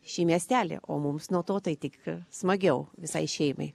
šį miestelį o mums nuo to tai tik smagiau visai šeimai